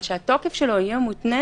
אבל שהתוקף שלו יהיה מותנה